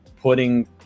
putting